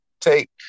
take